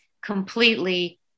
completely